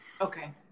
Okay